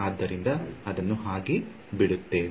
ಆದ್ದರಿಂದಅದನ್ನು ಹಾಗೆ ಬಿಡುತ್ತೇವೆ